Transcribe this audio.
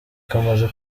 kamaze